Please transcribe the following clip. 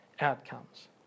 outcomes